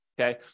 okay